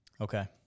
Okay